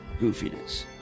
goofiness